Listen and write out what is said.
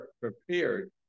prepared